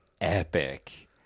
epic